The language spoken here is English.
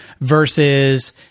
versus